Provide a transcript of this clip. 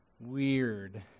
weird